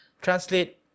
translate